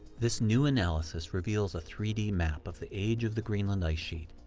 this new analysis reveals a three d map of the age of the greenland ice sheet,